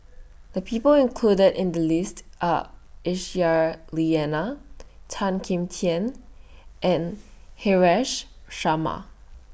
The People included in The list Are Aisyah Lyana Tan Kim Tian and Haresh Sharma